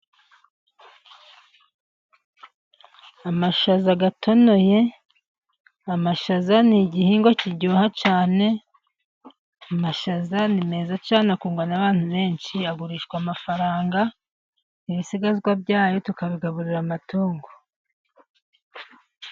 Amashaza atonoye, amashaza ni igihingwa kiryoha cyane, amashaza ni meza cyane, akundwa n'abantu benshi, agurishwa amafaranga, ibisigazwa bya yo tukabigaburira amatungo.